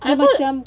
asal macam